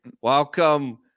welcome